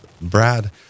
Brad